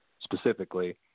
specifically